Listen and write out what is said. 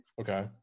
Okay